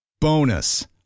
Bonus